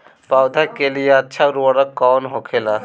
पौधा के लिए अच्छा उर्वरक कउन होखेला?